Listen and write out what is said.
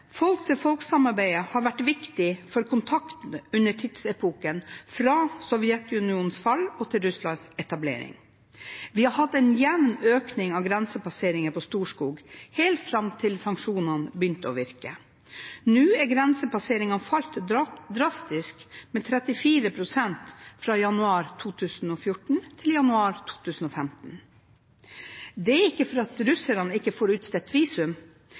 har vært viktig for kontakt under tidsepoken fra Sovjetunionens fall til Russlands etablering. Vi har hatt en jevn økning av grensepasseringer på Storskog helt fram til sanksjonene begynte å virke. Nå har antallet grensepasseringer falt drastisk, med 34 pst. fra januar 2014 til januar 2015. Det er ikke fordi russerne ikke får utstedt visum,